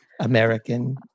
American